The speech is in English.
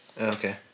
Okay